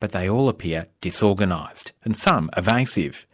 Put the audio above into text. but all appear disorganised, and some, evasive.